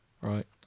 Right